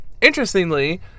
interestingly